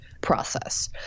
process